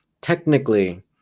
technically